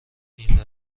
این